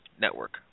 Network